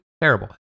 terrible